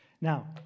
Now